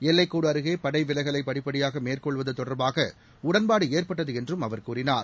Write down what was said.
எல்லைக் கோடு அருகே படைவிலகலை படிப்படியாக மேற்கொள்வது தொடர்பாக உடன்பாடு ஏற்பட்டது என்றும் அவர் கூறினார்